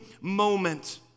moment